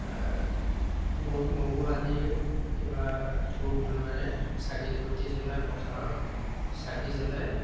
বুট মগু আদিৰ কিবা ধূপ ধূনাৰে চাকি বন্তি জ্বলাই পথাৰত চাকি জ্বলাই